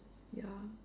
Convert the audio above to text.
ya